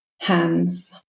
hands